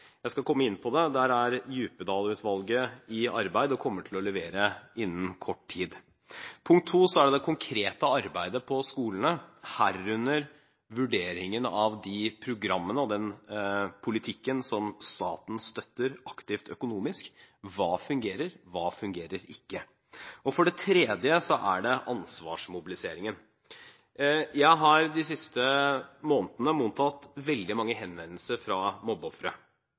Jeg skal komme inn på det – der er Djupedal-utvalget i arbeid og kommer til å levere innen kort tid. Punkt to er det konkrete arbeidet på skolene, herunder vurderingen av de programmene og den politikken som staten støtter aktivt økonomisk. Hva fungerer? Hva fungerer ikke? For det tredje er det ansvarsmobiliseringen. Jeg har de siste månedene mottatt veldig mange henvendelser fra